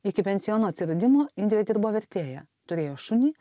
iki pensiono atsiradimo indrė dirbo vertėja turėjo šunį